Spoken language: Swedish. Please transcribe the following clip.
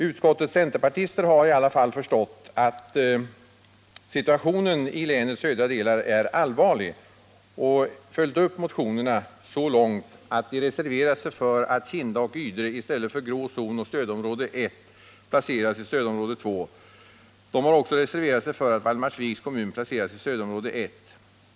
; Utskottets centerpartister har i alla fall förstått att situationen i länets södra delar är allvarlig och följt upp motionerna så långt att de reserverat sig för att Kinda och Ydre i stället för ”grå zon” och stödområde 1 placeras i stödområde 2. De har också reserverat sig för att Valdemarsviks kommun placeras i stödområde 1.